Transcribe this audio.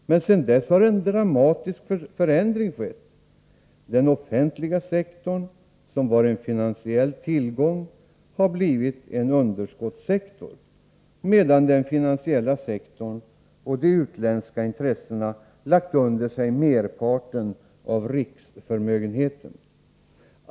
Men sedan dess har en dramatisk förändring skett. Den offentliga sektorn, som var en finansiell tillgång, har blivit en underskottssektor, medan den finansiella sektorn och de utländska intressena lagt under sig merparten av riksförmögenheten.